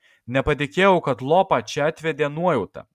nepatikėjau kad lopą čia atvedė nuojauta